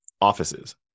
offices